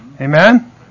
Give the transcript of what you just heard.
Amen